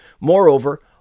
Moreover